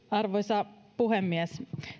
arvoisa puhemies